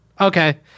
Okay